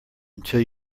until